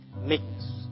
meekness